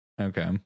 Okay